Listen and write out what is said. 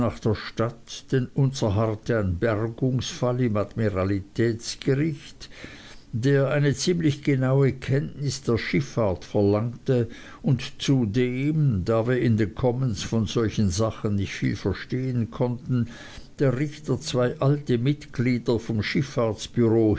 der stadt denn unser harrte ein bergungsfall im admiralitätsgericht der eine ziemlich genaue kenntnis der schiffahrt verlangte und zu dem da wir in den commons von solchen sachen nicht viel verstehen konnten der richter zwei alte mitglieder vom